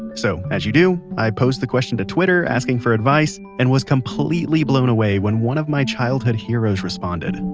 so, as you do, i posed the question to twitter asking for advice and was completely blown away when one of my childhood heroes responded and